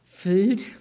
Food